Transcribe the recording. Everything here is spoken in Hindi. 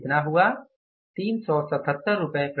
तब यह कितना हुआ 377 रुपये प्रतिकूल